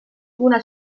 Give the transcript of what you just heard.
una